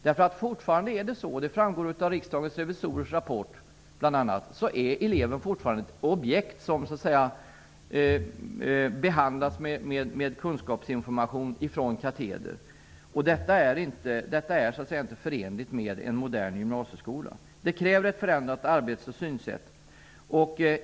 Det framgår bl.a. av riksdagens revisorers rapport att eleven fortfarande är ett objekt som behandlas med kunskapsinformation från kateder. Detta är inte förenligt med en modern gymnasieskola. Det kräver ett förändrat arbets och synsätt.